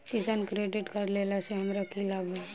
किसान credit card लेला सऽ हमरा की लाभ?